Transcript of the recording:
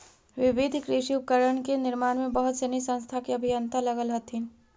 विविध कृषि उपकरण के निर्माण में बहुत सनी संस्था के अभियंता लगल हथिन